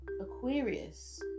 Aquarius